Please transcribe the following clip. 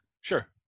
sure